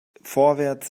vorwärts